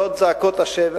לאור זעקות השבר.